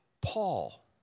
Paul